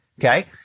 Okay